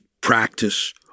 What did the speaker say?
practice